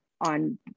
on